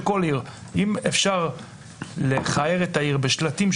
כל עיר: אם אפשר לכער את העיר בשלטים,